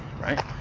right